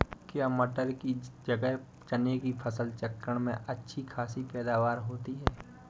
क्या मटर की जगह चने की फसल चक्रण में अच्छी खासी पैदावार होती है?